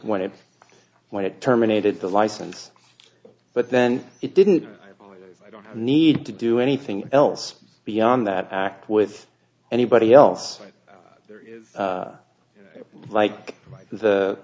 when it when it terminated the license but then it didn't need to do anything else beyond that act with anybody else like